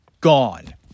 Gone